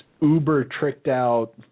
Uber-tricked-out